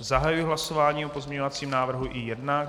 Zahajuji hlasování o pozměňovacím návrhu I1.